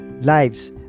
lives